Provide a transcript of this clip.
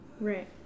Right